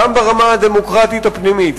גם ברמה הדמוקרטית הפנימית.